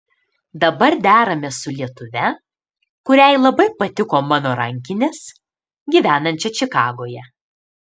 dabar deramės su lietuve kuriai labai patiko mano rankinės gyvenančia čikagoje